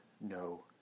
no